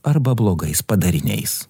arba blogais padariniais